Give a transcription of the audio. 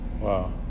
Wow